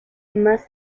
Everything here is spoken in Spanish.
más